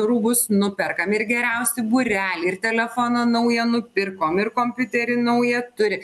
rūbus nuperkam ir geriausi būreliai ir telefoną naują nupirkom ir kompiuterį naują turi